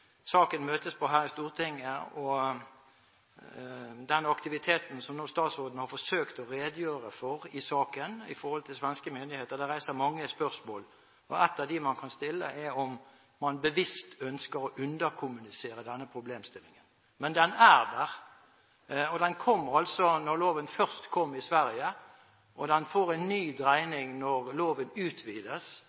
saken møtes på her i Stortinget, og om den aktiviteten i saken som gjelder svenske myndigheter som statsråden nå har forsøkt å redegjøre for. Dette reiser mange spørsmål, og et av dem man kan stille, er om man bevisst ønsker å underkommunisere denne problemstillingen. Men den er der, og den kom da loven først kom i Sverige, og den får en ny dreining når loven utvides.